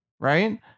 right